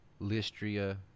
Lystria